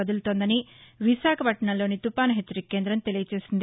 కదులుతోందని విశాఖపట్టణంలోని తుపాను హెచ్చరిక కేందం తెలియజేసింది